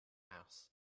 house